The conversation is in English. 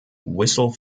whistle